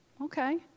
okay